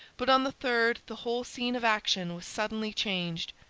but on the third the whole scene of action was suddenly changed.